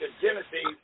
genesis